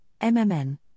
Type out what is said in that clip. MMN